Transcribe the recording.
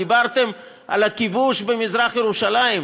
דיברתם על הכיבוש במזרח ירושלים?